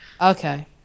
okay